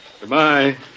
Goodbye